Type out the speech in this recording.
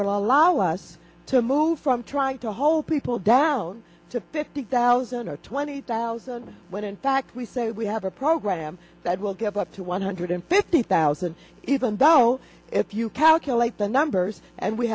all allow us to move from trying to hold people down to fifty thousand or twenty thousand when in fact we say we have a program that will give up to one hundred fifty thousand even though if you calculate the numbers and we